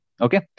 Okay